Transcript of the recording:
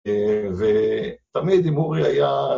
ותמיד אם אורי היה...